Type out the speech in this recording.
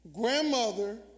grandmother